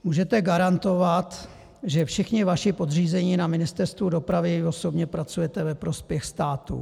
Můžete garantovat, že všichni vaši podřízení na Ministerstvu dopravy i vy osobně pracujete ve prospěch státu?